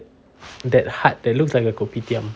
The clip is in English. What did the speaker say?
that hut that looks like a kopitiam